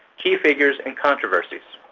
key figures and controversies.